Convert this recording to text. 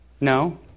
No